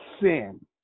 sin